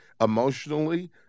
emotionally